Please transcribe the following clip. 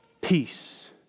peace